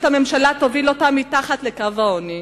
הממשלה תוביל אותם אל מתחת לקו העוני.